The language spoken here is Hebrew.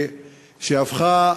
שהפכה,